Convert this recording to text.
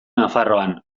nafarroan